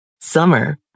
Summer